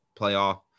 playoff